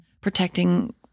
protecting